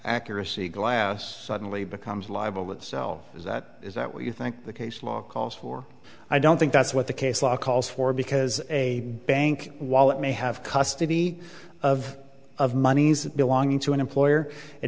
accuracy glass suddenly becomes liable itself is that is that what you think the case law calls for i don't think that's what the case law calls for because a bank while it may have custody of of monies belonging to an employer it